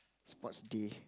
sports day